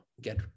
get